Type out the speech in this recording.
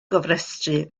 gofrestru